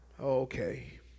Okay